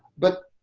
but,